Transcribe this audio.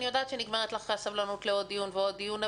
אני יודעת שנגמרת לך הסבלנות לעוד דיון ועוד דיון,